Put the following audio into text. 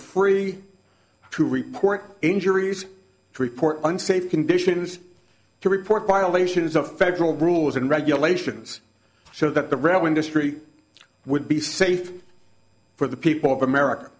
free to report injuries to report unsafe conditions to report violations of federal rules and regulations so that the rail industry would be safe for the people of america